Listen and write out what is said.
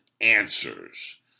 answers